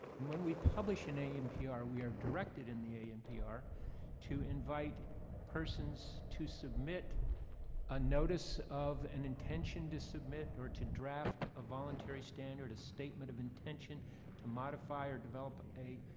and when we publish an anpr, we are directed in the anpr to invite persons to submit a notice of an intention to submit or to draft a voluntary standard, a statement of intention to modify or develop a